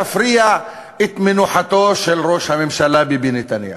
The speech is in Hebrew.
תפריע את מנוחתו של ראש הממשלה ביבי נתניהו.